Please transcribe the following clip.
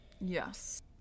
Yes